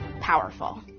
powerful